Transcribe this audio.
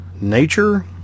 nature